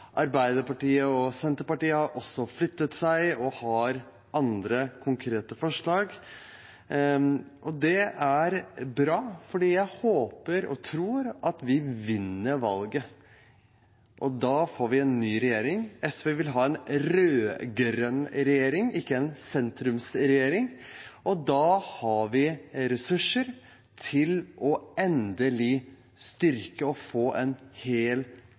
Arbeiderpartiet og Senterpartiet har flyttet seg og har andre konkrete forslag. Det er bra, fordi jeg håper og tror vi vinner valget og får en ny regjering. SV vil ha en rød-grønn regjering, ikke en sentrumsregjering. Da har vi ressurser til endelig å styrke og få en hel